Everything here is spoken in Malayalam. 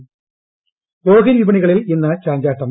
ഓഹരി ഓഹരി വിപണികളിൽ ഇന്ന് ചാഞ്ചാട്ടം